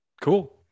cool